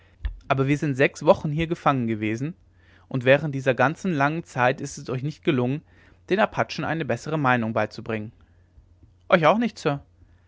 aber wir sind sechs wochen hier gefangen gewesen und während dieser ganzen langen zeit ist es euch nicht gelungen den apachen eine bessere meinung beizubringen euch auch nicht sir